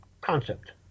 concept